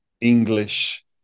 English